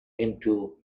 into